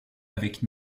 avec